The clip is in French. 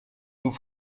nous